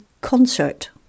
concert